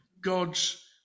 God's